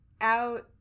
out